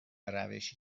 روشی